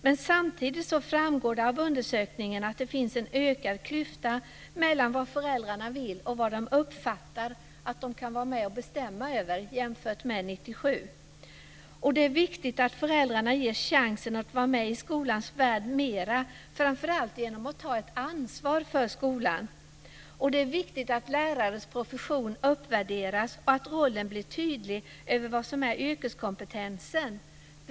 Men samtidigt framgår det av undersökningen att jämfört med 1997 finns det en ökad klyfta mellan vad föräldrarna vill och vad de uppfattar att de kan vara med att bestämma om. Det är viktigt att föräldrarna ges chansen att vara med i skolans värld mera, framför allt genom att ta ett ansvar för skolan. Det är viktigt att lärares profession uppvärderas och att rollen blir tydlig när det gäller vad som är yrkeskompetensen.